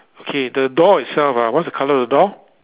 okay the door itself ah what's the colour of the door